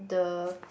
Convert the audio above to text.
the